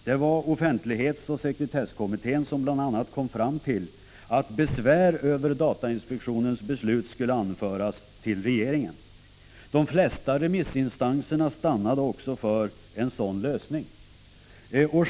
Det var offentlighetsoch sekretesskommittén som bl.a. kom fram till att besvär över datainspektionens beslut skulle anföras till regeringen. De flesta remissinstanserna stannade också för en sådan lösning.